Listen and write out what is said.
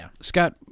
Scott